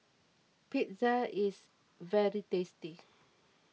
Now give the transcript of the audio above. pizza is very tasty